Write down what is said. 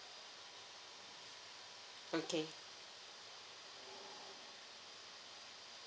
okay